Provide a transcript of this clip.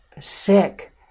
sick